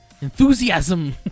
enthusiasm